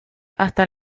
hasta